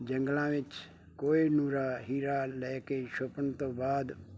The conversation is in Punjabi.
ਜੰਗਲਾਂ ਵਿੱਚ ਕੋਹੀਨੂਰ ਹੀਰਾ ਲੈ ਕੇ ਛੁਪਣ ਤੋਂ ਬਾਅਦ